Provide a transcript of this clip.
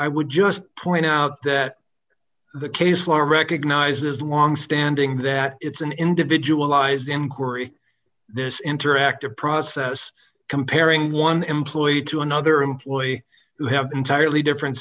i would just point out that the case law recognizes longstanding that it's an individualized inquiry this interactive process comparing one employee to another employee who have entirely different